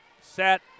set